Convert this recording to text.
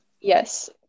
Yes